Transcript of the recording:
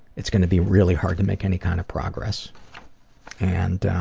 it's going to be really hard to make any kind of progress and